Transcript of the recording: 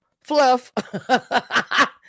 fluff